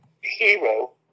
hero